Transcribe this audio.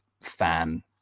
fan